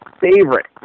favorite